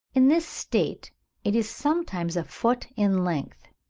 in this state it is sometimes a foot in length.